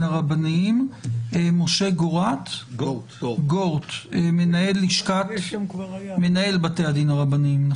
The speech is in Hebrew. הרבניים; משה גורט מנהל לשכת מנהל בתי הדין הרבניים;